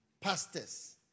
Pastors